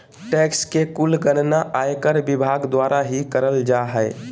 tax के कुल गणना आयकर विभाग द्वारा ही करल जा हय